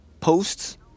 posts